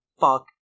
fuck